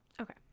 Okay